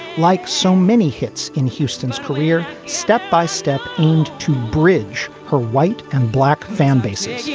like so many hits in houston's career. step by step. and to bridge her white and black fan bases yeah